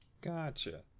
Gotcha